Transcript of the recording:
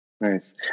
Nice